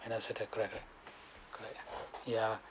and I set~ it lah correct lah yeah